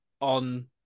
on